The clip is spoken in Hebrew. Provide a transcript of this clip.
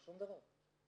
שום דבר.